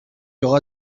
aura